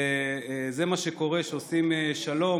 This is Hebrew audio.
וזה מה שקורה כשעושים שלום